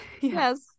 Yes